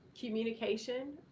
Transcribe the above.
communication